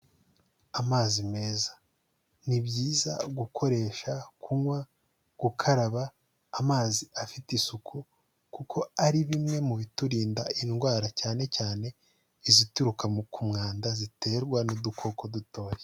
Amazi meza ni byiza gukoresha, kunywa, gukaraba amazi afite isuku kuko ari bimwe mu biturinda indwara cyane cyane izituruka mu ku mwanda ziterwa n'udukoko dutoya.